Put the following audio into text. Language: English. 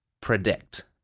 predict